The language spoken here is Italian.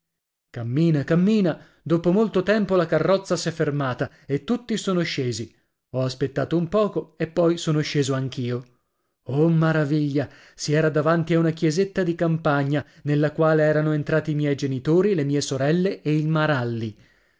cammina cammina dopo molto tempo la carrozza s'è fermata e tutti sono scesi ho aspettato un poco e poi sono sceso anch io oh maraviglia si era davanti a una chiesetta di campagna nella quale erano entrati i miei genitori le mie sorelle e il maralli